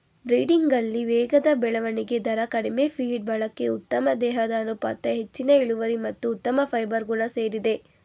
ಬ್ರೀಡಿಂಗಲ್ಲಿ ವೇಗದ ಬೆಳವಣಿಗೆ ದರ ಕಡಿಮೆ ಫೀಡ್ ಬಳಕೆ ಉತ್ತಮ ದೇಹದ ಅನುಪಾತ ಹೆಚ್ಚಿನ ಇಳುವರಿ ಮತ್ತು ಉತ್ತಮ ಫೈಬರ್ ಗುಣ ಸೇರಿದೆ